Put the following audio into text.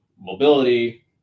mobility